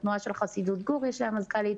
לתנועה של חסידות גור יש מזכ"לית,